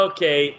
Okay